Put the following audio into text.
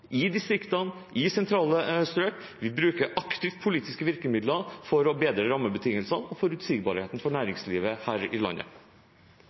i distriktene, i sentrale strøk. Vi bruker aktivt politiske virkemidler for å bedre rammebetingelsene og forutsigbarheten for næringslivet her i landet.